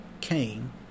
Cain